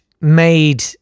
made